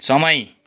समय